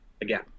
again